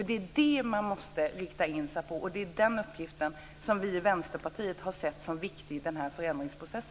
Det är denna som man måste rikta in sig på, och det är den uppgiften som vi i Vänsterpartiet har sett som viktig i denna förändringsprocess.